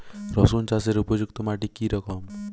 রুসুন চাষের উপযুক্ত মাটি কি রকম?